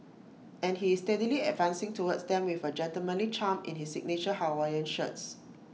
and he is steadily advancing towards them with gentlemanly charm in his signature Hawaiian shirts